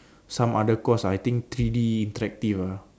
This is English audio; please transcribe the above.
some other course ah I think three D interactive ah